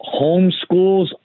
homeschools